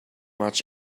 much